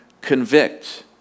convict